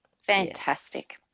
Fantastic